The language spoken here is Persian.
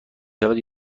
شود